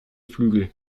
flügel